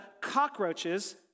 cockroaches